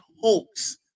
hoax